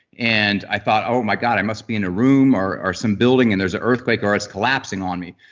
and i thought, oh my god, i must be in a room or or some building and there's an earthquake or it's collapsing on me.